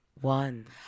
One